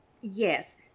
yes